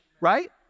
right